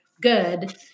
good